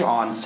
on